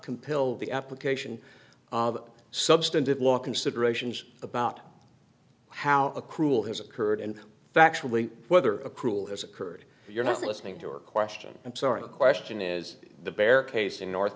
compel the application of substantive law considerations about how a cruel has occurred and factually whether a cruel has occurred you're not listening to your question i'm sorry the question is the bare case in north